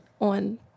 on